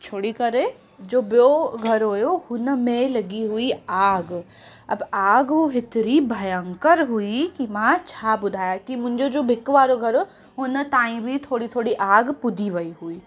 छोड़ी करे जो ॿियो घरु हुओ हुन में लॻी हुई आग अब आग हेतिरी भयंकर हुई कि मां छा ॿुधायां कि मुंहिंजो जो भिक वारो घरु हुओ हुन ताईं बि थोरी थोरी आग पुॼी वेई हुई